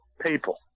people